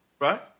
right